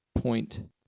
point